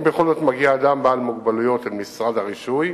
אם בכל זאת מגיע אדם בעל מוגבלות אל משרדי הרישוי,